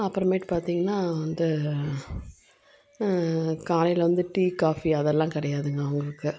அப்புறமேட்டு பார்த்தீங்கனா அந்த காலையில் வந்து டீ காஃபி அதெல்லாம் கிடையாதுங்க அவங்களுக்கு